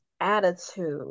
attitude